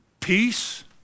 peace